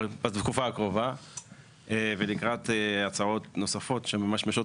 אבל בתקופה הקרובה ולקראת הצעות נוספות שממשמשות